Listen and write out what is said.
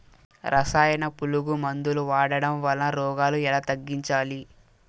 రసాయన పులుగు మందులు వాడడం వలన రోగాలు ఎలా తగ్గించాలి?